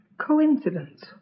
Coincidence